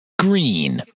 green